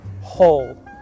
whole